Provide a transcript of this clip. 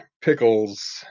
Pickles